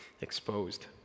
exposed